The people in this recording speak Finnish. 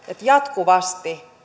että jatkuvasti